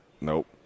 Nope